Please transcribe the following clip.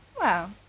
Wow